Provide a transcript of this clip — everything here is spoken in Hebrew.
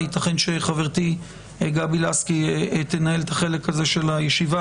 ייתכן שחברתי גבי לסקי תנהל את החלק הזה של הישיבה,